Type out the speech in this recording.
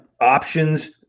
options